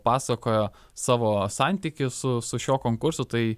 pasakojo savo santykį su su šiuo konkursu tai